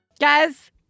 Guys